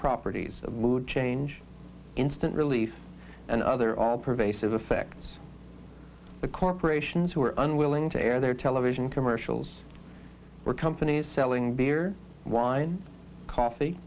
properties of mood change instant relief and other all pervasive affects the corporations who are unwilling to air their television commercials or companies selling beer wine coffee